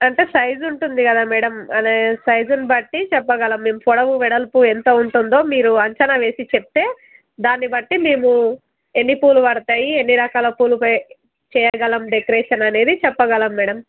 అంటే సైజు ఉంటుంది కదా మ్యాడమ్ అనే సైజుని బట్టి చెప్పగలం మేము పొడవు వెడల్పు ఎంత ఉంటుందో మీరు అంచనా వేసి చెప్తే దాన్ని బట్టి మేము ఎన్ని పూలు పడతాయి ఎన్ని రకాల పూలు చేయగలం డెకరేషన్ అనేది చెప్పగలం మ్యాడమ్